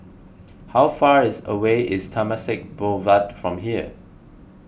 how far is away is Temasek Boulevard from here